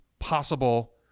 possible